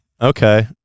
Okay